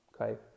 Okay